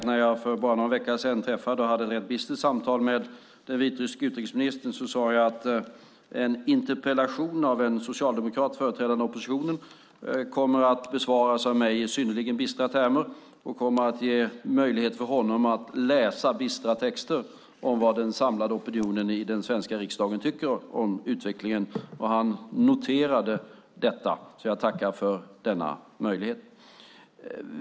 När jag för bara någon vecka sedan träffade den vitryske utrikesministern och hade ett rätt bistert samtal med honom sade jag att en interpellation av en socialdemokrat, företrädande oppositionen, skulle komma att besvaras av mig i synnerligen bistra termer och att det kommer att ge möjlighet för honom att läsa bistra texter om vad den samlade opinionen i den svenska riksdagen tycker om utvecklingen. Han noterade detta, så jag tackar för denna möjlighet.